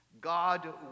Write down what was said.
God